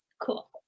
Cool